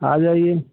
आ जाइए